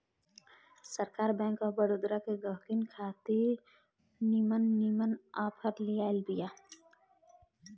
सरकार bank of Baroda के गहकिन खातिर निमन निमन आफर लियाइल बिया